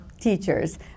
teachers